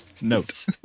Notes